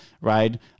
right